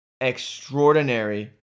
extraordinary